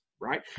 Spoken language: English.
right